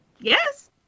Yes